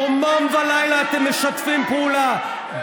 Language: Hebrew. יומם ולילה אתם משתפים פעולה,